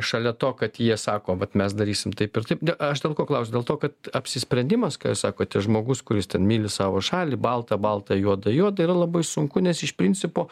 šalia to kad jie sako vat mes darysim taip ir taip aš dėl ko klausiu dėl to kad apsisprendimas ką jūs sakote žmogus kuris ten myli savo šalį balta balta juoda juoda yra labai sunku nes iš principo